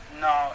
no